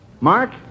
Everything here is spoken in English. Mark